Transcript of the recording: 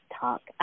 talk